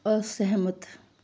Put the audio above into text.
ਅਸਹਿਮਤ